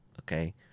Okay